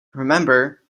remember